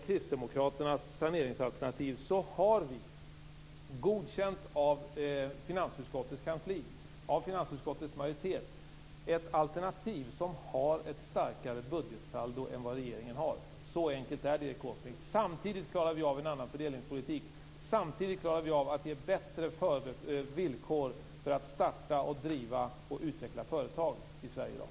Kristdemokraternas saneringsalternativ har enligt utskottets kansli och majoritet ett starkare budgetsaldo än regeringens. Så enkelt är det, Erik Åsbrink. Samtidigt klarar vi av en annan fördelningspolitik och att ge bättre villkor för att starta, driva och utveckla företag i Sverige i dag.